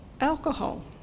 alcohol